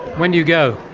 when do you go?